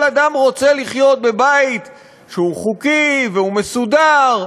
כל אדם רוצה לחיות בבית שהוא חוקי והוא מסודר.